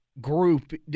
group